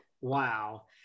Wow